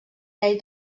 rei